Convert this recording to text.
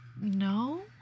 no